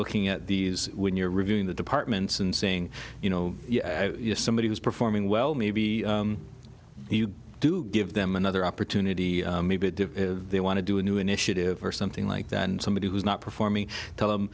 looking at these when you're reviewing the departments and saying you know somebody was performing well maybe you do give them another opportunity maybe they want to do a new initiative or something like that and somebody who's not performing tell them